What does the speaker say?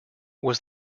was